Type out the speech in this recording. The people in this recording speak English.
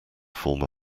former